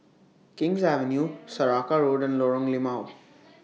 King's Avenue Saraca Road and Lorong Limau